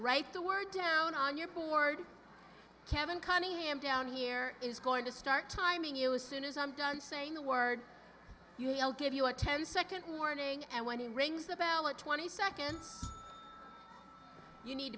write the word down on your board kevin cunningham down here is going to start timing you as soon as i'm done saying the word you he'll give you a ten second warning and when he rings the bell at twenty seconds you need